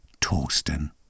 Torsten